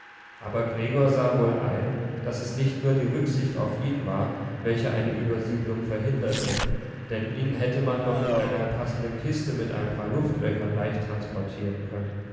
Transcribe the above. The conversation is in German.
aber gregor sah wohl ein daß es nicht nur die rücksicht auf ihn war welche eine übersiedlung verhinderte denn ihn hätte man doch in einer passenden kiste mit ein paar luftlöchern leicht transportieren können